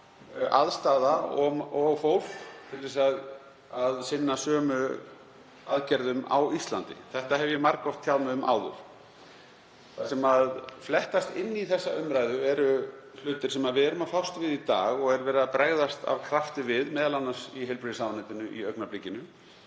aðstaða og fólk til að sinna sömu aðgerðum á Íslandi. Það hef ég margoft tjáð mig um áður. Það sem fléttast inn í þessa umræðu eru hlutir sem við erum að fást við í dag og verið er að bregðast af krafti við, m.a. í heilbrigðisráðuneytinu í augnablikinu,